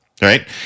right